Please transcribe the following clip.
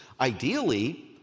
Ideally